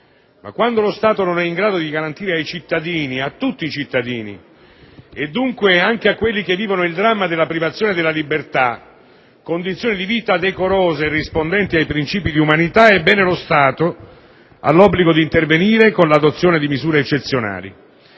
Ma quando lo Stato non è in grado di garantire ai cittadini, a tutti cittadini, dunque anche a quelli che vivono il dramma della privazione della libertà, condizioni di vita decorose e rispondenti ai principi di umanità, ebbene lo Stato ha l'obbligo di intervenire con l'adozione di misure eccezionali.